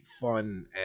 fun